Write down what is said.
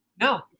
No